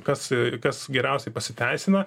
kas kas geriausiai pasiteisina